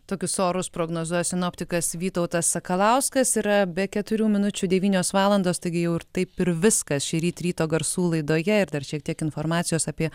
tokius orus prognozuoja sinoptikas vytautas sakalauskas yra be keturių minučių devynios valandos taigi jau ir taip ir viskas šįryt ryto garsų laidoje ir dar šiek tiek informacijos apie